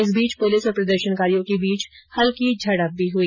इस बीच पुलिस और प्रदर्शनकारियों के बीच हल्की झडप भी हुई